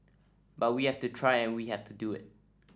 but we have to try and we have to do it